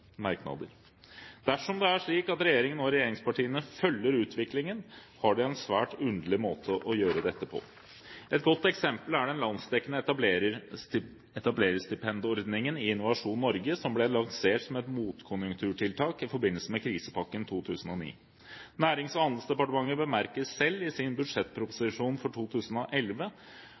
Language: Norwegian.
merknader. Dersom det er slik at regjeringen og regjeringspartiene «følger utviklingen», har de en svært underlig måte å gjøre dette på. Et godt eksempel er den landsdekkende etablererstipendordningen i Innovasjon Norge, som ble lansert som et motkonjunkturtiltak i forbindelse med krisepakken 2009. Nærings- og handelsdepartementet bemerker selv i sin budsjettproposisjon for 2011: